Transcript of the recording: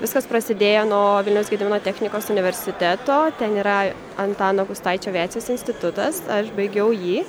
viskas prasidėjo nuo vilniaus gedimino technikos universiteto ten yra antano gustaičio aviacijos institutas aš baigiau jį